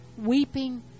weeping